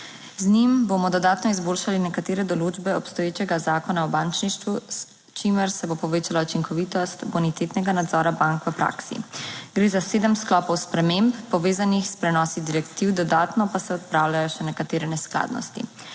Z njim bomo dodatno izboljšali nekatere določbe obstoječega Zakona o bančništvu, s čimer se bo povečala učinkovitost bonitetnega nadzora bank v praksi. Gre za sedem sklopov sprememb, povezanih s prenosi direktiv, dodatno pa se odpravljajo še nekatere neskladnosti.